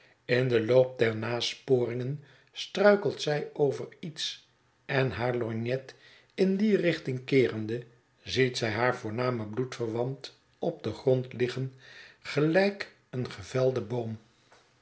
in den loop dezer nasporingen struikelt zij over iets en haar lorgnet in die richting keerende ziet zij haar voornamen bloedverwant op den grond liggen gelijk een gevelde boom